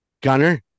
Gunner